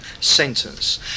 sentence